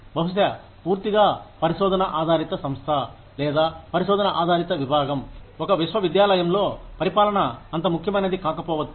బహుశా పూర్తిగా పరిశోధన ఆధారిత సంస్థ లేదా పరిశోధన ఆధారిత విభాగం ఒక విశ్వవిద్యాలయంలో పరిపాలన అంత ముఖ్యమైనది కాకపోవచ్చు